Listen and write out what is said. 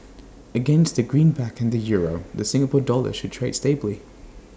against the greenback and the euro the Singapore dollar should trade stably